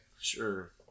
sure